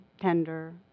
tender